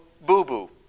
boo-boo